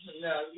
No